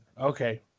Okay